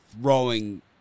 throwing